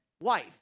wife